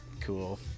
cool